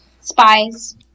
Spies